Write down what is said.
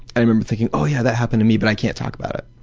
i remember thinking, oh yeah, that happened to me, but i can't talk about it.